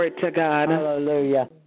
Hallelujah